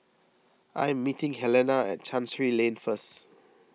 I am meeting Helena at Chancery Lane first